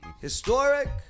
Historic